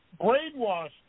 brainwashed